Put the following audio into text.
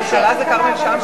ועדת הכספים.